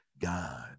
God